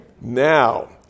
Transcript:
Now